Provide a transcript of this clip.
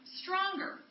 stronger